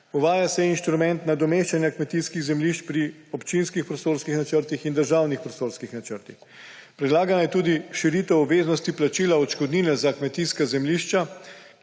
Uvaja se inštrument nadomeščanja kmetijskih zemljišč pri občinskih prostorskih načrtih in državnih prostorskih načrtih. Predlagana je tudi širitev obveznosti plačila odškodnine za kmetijska zemljišča,